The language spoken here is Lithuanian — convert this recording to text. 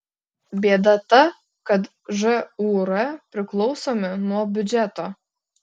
bėda ta kad žūr priklausomi nuo biudžeto